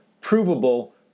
provable